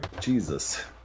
Jesus